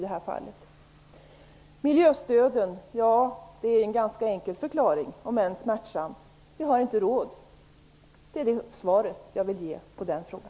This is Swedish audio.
Det finns en ganska enkel om än smärtsam förklaring när det gäller miljöstöden. Vi har inte råd. Det är det svar jag vill ge på den frågan.